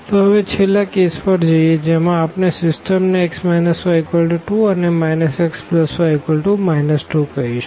તો હવે છેલ્લા કેસ પર જૈયે જેમાં આપણે સીસ્ટમ ને x y2 અને xy 2કહીશું